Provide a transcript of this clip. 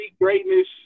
greatness